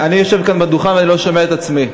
אני יושב פה ליד הדוכן ואני לא שומע את עצמי.